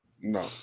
No